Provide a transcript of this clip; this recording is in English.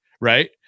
right